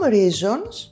reasons